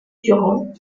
durant